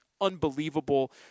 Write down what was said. unbelievable